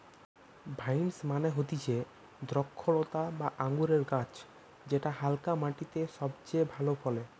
vines মানে হতিছে দ্রক্ষলতা বা আঙুরের গাছ যেটা হালকা মাটিতে সবচে ভালো ফলে